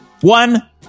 one